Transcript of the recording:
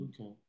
Okay